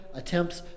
attempts